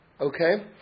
Okay